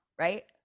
right